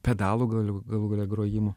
pedalų galiu galų gale grojimo